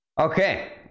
Okay